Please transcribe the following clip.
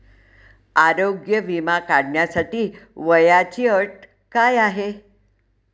आरोग्य विमा काढण्यासाठी वयाची अट काय आहे?